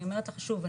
אני אומרת לך שוב,